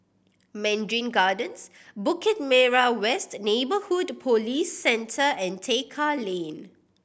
Mandarin Gardens Bukit Merah West Neighbourhood Police Centre and Tekka Lane